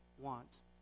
wants